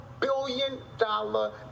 billion-dollar